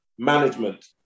Management